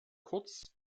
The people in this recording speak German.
kurz